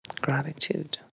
Gratitude